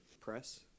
press